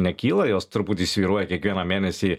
nekyla jos truputį svyruoja kiekvieną mėnesį